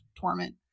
Torment